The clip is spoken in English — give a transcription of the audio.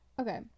Okay